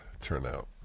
turnout